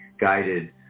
guided